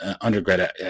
undergrad